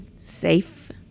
safe